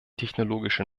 technologische